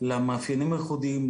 למאפיינים הייחודיים.